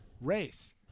race